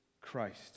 Christ